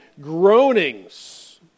groanings